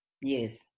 Yes